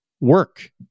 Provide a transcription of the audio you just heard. work